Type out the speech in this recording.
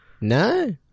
No